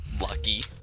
Lucky